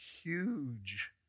huge